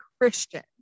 Christian